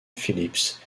phillips